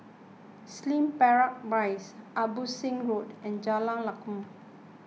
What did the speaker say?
Slim Barracks Rise Abbotsingh Road and Jalan Lakum